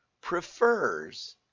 prefers